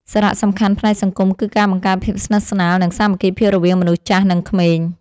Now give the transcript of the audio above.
សារៈសំខាន់ផ្នែកសង្គមគឺការបង្កើតភាពស្និទ្ធស្នាល និងសាមគ្គីភាពរវាងមនុស្សចាស់ និងក្មេង។